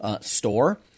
store